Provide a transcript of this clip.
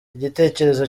igitekerezo